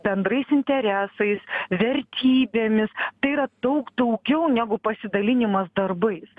bendrais interesais vertybėmis tai yra daug daugiau negu pasidalinimas darbais